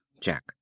Jack